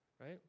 right